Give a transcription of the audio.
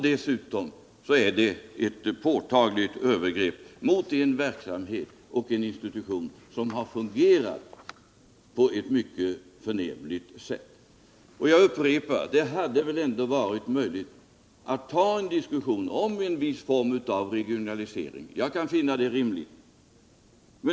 Dessutom är det ett påtagligt övergrepp mot en verksamhet och en institution som har fungerat på ett förnämligt sätt. Jag upprepar att det väl ändå hade varit möjligt att ta upp en diskussion om en viss form av regionalisering.